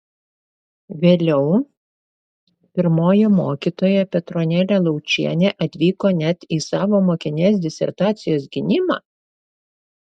vėliau pirmoji mokytoja petronėlė laučienė atvyko net į savo mokinės disertacijos gynimą